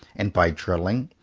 and by drilling,